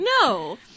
No